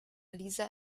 lisa